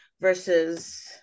versus